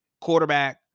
Quarterback